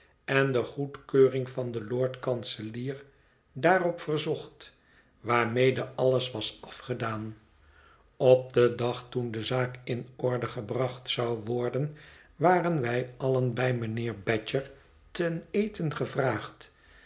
en de goedkeuring van den lord-kanselier daarop verzocht waarmede alles was afgedaan op den dag toen de zaak in orde gebracht zou worden waren wij allen bij mijnheer badger ten eten gevraagd